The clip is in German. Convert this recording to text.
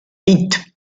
int